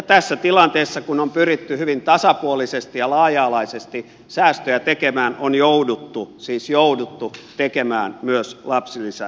tässä tilanteessa kun on pyritty hyvin tasapuolisesti ja laaja alaisesti säästöjä tekemään on jouduttu siis jouduttu tekemään myös lapsilisäsäästö